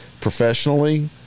professionally